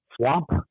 Swamp